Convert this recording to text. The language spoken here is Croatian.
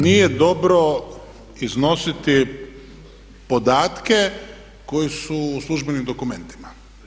Nije dobro iznositi podatke koji su u službenim dokumentima.